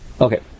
Okay